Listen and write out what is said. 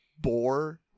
bore